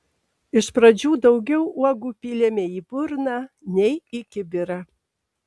iš pradžių daugiau uogų pylėme į burną nei į kibirą